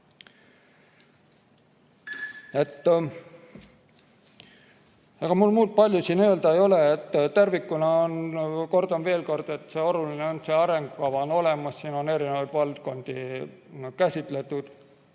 Ega mul palju muud öelda ei ole. Tervikuna on, kordan veel kord, oluline, et see arengukava on olemas, siin on erinevaid valdkondi käsitletud.